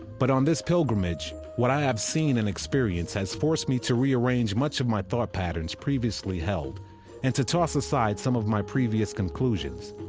but on this pilgrimage, what i have seen and experienced has forced me to rearrange much of my thought patterns previously held and to toss aside some of my previous conclusions.